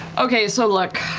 okay, so look,